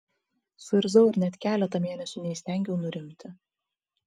suirzau ir net keletą mėnesių neįstengiau nurimti